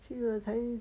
去了才